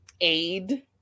aid